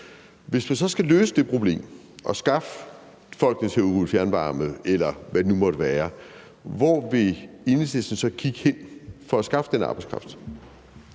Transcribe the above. Hvis man så skal løse det problem og skaffe folkene til at udrulle fjernvarme, eller hvad det nu måtte være, hvor vil Enhedslisten så kigge hen for at skaffe den arbejdskraft?